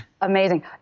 amazing